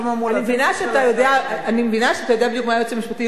אני מבינה שאתה יודע בדיוק מה היועץ המשפטי הודיע,